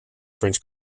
french